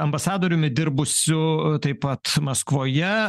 ambasadoriumi dirbusiu taip pat maskvoje